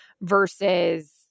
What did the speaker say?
versus